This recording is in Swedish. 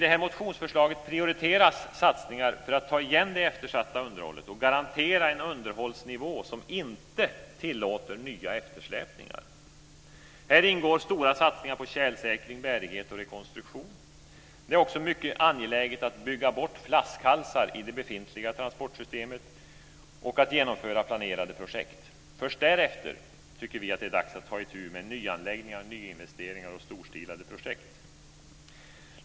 I vårt motionsförslag prioriteras satsningar för att ta igen det eftersatta underhållet och garantera en underhållsnivå som inte tillåter nya eftersläpningar. Här ingår stora satsningar på tjälsäkring, bärighet och rekonstruktion. Det är också mycket angeläget att bygga bort flaskhalsar i det befintliga transportsystemet och att genomföra planerade projekt. Först därefter tycker vi att det är dags att ta itu med nyanläggningar, nyinvesteringar och storstilade projekt.